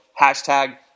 Hashtag